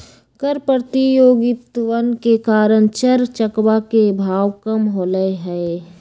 कर प्रतियोगितवन के कारण चर चकवा के भाव कम होलय है